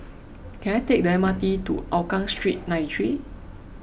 can I take the M R T to Hougang Street ninety three